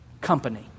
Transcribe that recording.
company